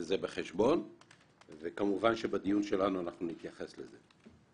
את זה בחשבון ונתייחס לזה בדיון שלנו.